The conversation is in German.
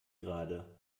gerade